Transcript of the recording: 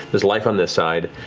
there's life on this side.